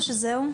או שזהו?